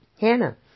Hannah